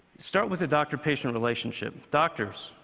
start with the doctor-patient relationship. doctors,